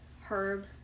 herb